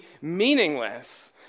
meaningless